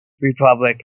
Republic